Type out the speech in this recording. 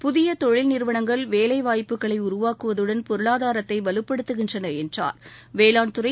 புதிய தொழில் நிறுவனங்கள் வேலைவாய்ப்புக்களை உருவாக்குவதுடன் பொருளாதாரத்தை வலுப்படுத்துகின்றன என்றார் வேளாண்துறை